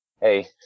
Hey